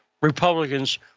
Republicans